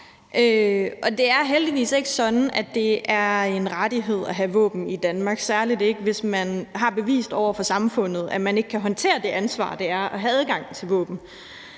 Det er heldigvis ikke sådan, at det er en rettighed at have våben i Danmark, særlig ikke hvis man har bevist over for samfundet, at man ikke kan håndtere det ansvar, det er at have adgang til våben.